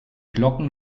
glocken